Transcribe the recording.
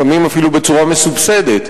לפעמים אפילו בצורה מסובסדת,